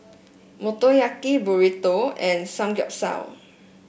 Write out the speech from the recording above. Motoyaki Burrito and Samgeyopsal